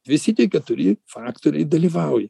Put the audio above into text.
visi tie keturi faktoriai dalyvauja